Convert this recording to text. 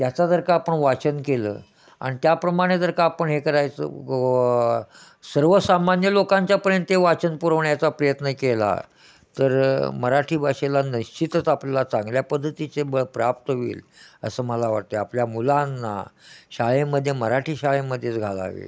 त्याचा जर का आपण वाचन केलं आणि त्याप्रमाणे जर का आपण हे करायचं सर्वसामान्य लोकांच्यापर्यंत ते वाचन पुरवण्याचा प्रयत्न केला तर मराठी भाषेला नश्चितच आपल्याला चांगल्या पद्धतीचे बळ प्राप्त होईल असं मला वाटते आपल्या मुलांना शाळेमध्ये मराठी शाळेमध्येच घालावे